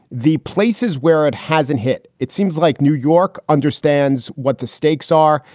the places where it hasn't hit, it seems like new york understands what the stakes are.